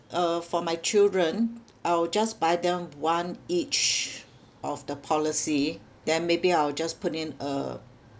uh for my children I will just buy them one each of the policy then maybe I'll just put in a